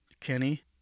Kenny